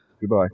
goodbye